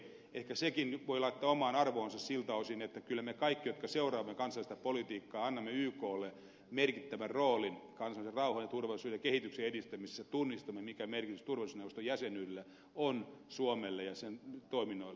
ehkä senkin voi laittaa omaan arvoonsa siltä osin että kyllä me kaikki jotka seuraamme kansainvälistä politiikkaa annamme yklle merkittävän roolin kansainvälisen rauhan ja turvallisuuden kehityksen edistämisessä tunnistamme mikä merkitys turvallisuusneuvoston jäsenyydellä on suomelle ja sen toiminnoille